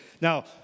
Now